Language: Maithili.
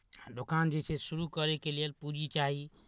दोकान जे छै शुरू करयके लेल पूँजी चाही